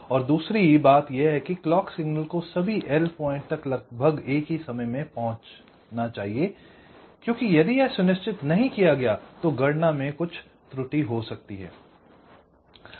और दूसरी बात यह है कि क्लॉक सिग्नल को सभी L पॉइंट तक लगभग एक ही समय में पहुंचना चाहिए क्योंकि यदि यह सुनिश्चित नहीं किया गया है तो गणना में कुछ त्रुटि हो सकती है